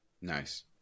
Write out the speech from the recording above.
Nice